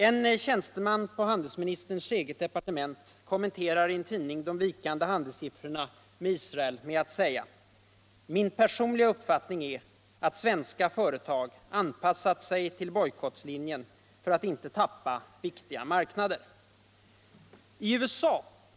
En tjänsteman på handelsministerns eget departement kommenterar i en tidning de vikande handelssiffrorna med Israel med att säga: ”Min personliga uppfattning är, att svenska företag anpassat sig ull bojkoulinjen för att inte tappa viktiga marknader.” I USA.